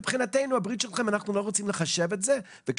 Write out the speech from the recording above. מבחינתנו אנחנו לא רוצים לחשב את הבריאות שלכם.